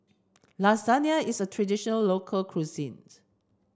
Lasagne is a tradition local cuisine